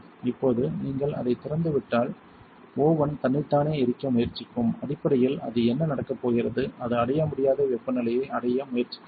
இப்போது நீங்கள் அதைத் திறந்து விட்டால் ஓவென் தன்னைத்தானே எரிக்க முயற்சிக்கும் அடிப்படையில் அது என்ன நடக்கப் போகிறது அது அடைய முடியாத வெப்பநிலையை அடைய முயற்சிக்கிறது